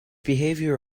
behavior